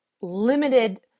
limited